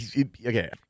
okay